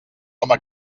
coma